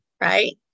right